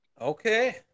Okay